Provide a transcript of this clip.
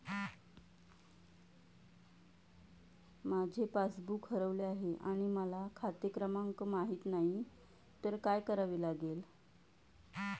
माझे पासबूक हरवले आहे आणि मला खाते क्रमांक माहित नाही तर काय करावे लागेल?